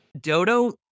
Dodo